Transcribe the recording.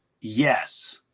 yes